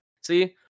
See